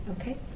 okay